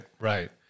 right